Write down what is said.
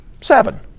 Seven